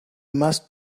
must